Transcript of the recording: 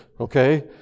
Okay